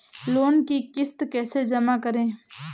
Loan की किश्त कैसे जमा करें?